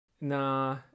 Nah